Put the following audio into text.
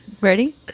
Ready